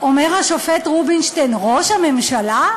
אומר השופט רובינשטיין: ראש הממשלה?